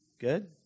Good